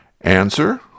Answer